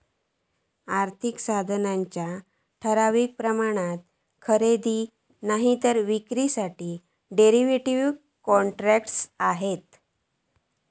आर्थिक साधनांच्या ठराविक प्रमाणात खरेदी नायतर विक्रीसाठी डेरीव्हेटिव कॉन्ट्रॅक्टस् आसत